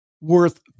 worth